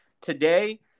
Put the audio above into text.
today